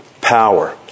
power